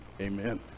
amen